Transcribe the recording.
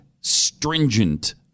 stringent